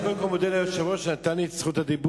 אני קודם כול מודה ליושב-ראש על שנתן לי את זכות הדיבור,